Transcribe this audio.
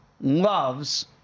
loves